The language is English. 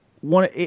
one